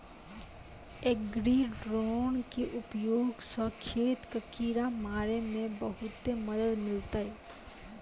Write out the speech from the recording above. agri drone के उपयोग स खेत कॅ किड़ा मारे मॅ बहुते मदद मिलतै